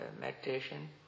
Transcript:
meditation